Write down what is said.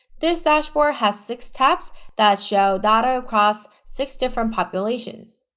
this dashboard has six tabs that show data across six different populations.